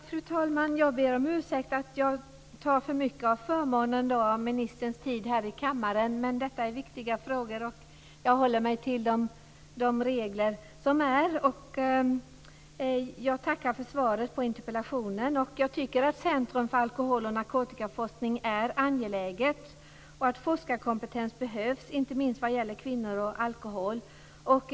Fru talman! Jag ber om ursäkt för att jag tar så mycket av ministerns tid här i kammaren i anspråk, men detta är viktiga frågor och jag håller mig till de regler som finns. Jag tackar för svaret på interpellationen. Jag tycker att Centrum för alkohol och narkotikaforskning är angeläget och att forskarkompetens behövs, inte minst vad gäller kvinnor och alkohol.